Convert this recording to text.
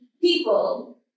people